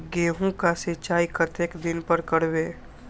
गेहूं का सीचाई कतेक दिन पर करबे?